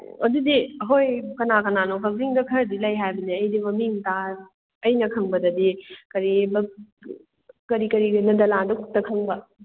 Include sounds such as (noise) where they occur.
ꯑꯗꯨꯗꯤ ꯍꯣꯏ ꯀꯅꯥ ꯀꯅꯥꯅꯣ ꯀꯛꯆꯤꯡꯗ ꯈꯔꯗꯤ ꯂꯩ ꯍꯥꯏꯕꯅꯦ ꯑꯩꯗꯤ ꯃꯃꯤꯡ (unintelligible) ꯑꯩꯅ ꯈꯪꯕꯗꯗꯤ ꯀꯔꯤꯑꯕ ꯀꯔꯤ ꯀꯔꯤ ꯅꯟꯗꯂꯥꯟꯗꯣ ꯈꯛꯇ ꯈꯪꯕ